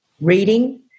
reading